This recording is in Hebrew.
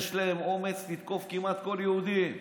יש להם אומץ לתקוף כמעט כל יהודי.